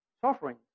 Suffering